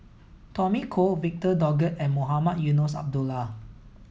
Tommy Koh Victor Doggett and Mohamed Eunos Abdullah